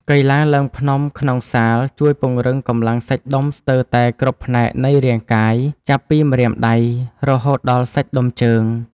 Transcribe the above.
កីឡាឡើងភ្នំក្នុងសាលជួយពង្រឹងកម្លាំងសាច់ដុំស្ទើរតែគ្រប់ផ្នែកនៃរាងកាយ ចាប់ពីម្រាមដៃ រហូតដល់សាច់ដុំជើង។